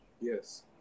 Yes